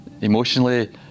Emotionally